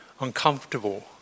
uncomfortable